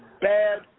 bad